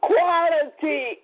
Quality